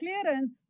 clearance